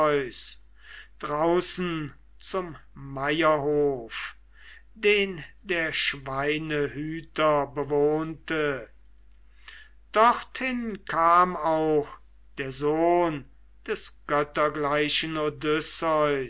zum maierhof den der schweine hüter bewohnte dorthin kam auch der sohn des